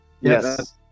Yes